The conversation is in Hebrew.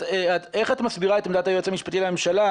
איך את מסבירה את עמדת היועץ המשפטי לממשלה,